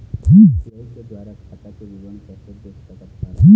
UPI के द्वारा खाता के विवरण कैसे देख सकत हन?